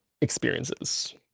experiences